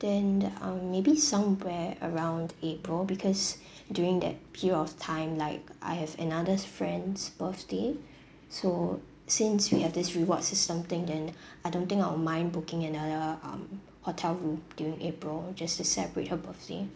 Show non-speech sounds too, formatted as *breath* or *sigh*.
then um maybe somewhere around april because *breath* during that period of time like I have another friend's birthday so since we have this reward system thing then I don't think I'll mind booking another um hotel room during april just to celebrate her birthday